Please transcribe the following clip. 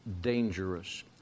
dangerous